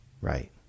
Right